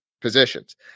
positions